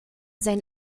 sein